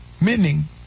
Meaning